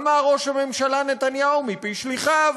אמר ראש הממשלה נתניהו מפי שליחיו,